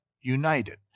united